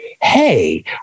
hey